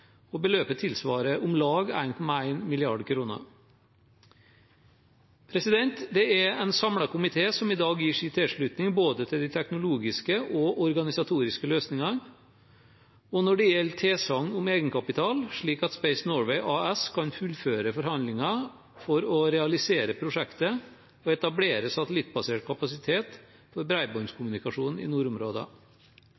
eier. Beløpet tilsvarer om lag 1,1 mrd. kr. Det er en samlet komité som i dag gir sin tilslutning både til de teknologiske og organisatoriske løsningene og når det gjelder tilsagn om egenkapital, slik at Space Norway AS kan fullføre forhandlingene for å realisere prosjektet og etablere satellittbasert kapasitet for